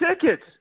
tickets